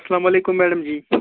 اَسلامُ علیکُم میڈَم جی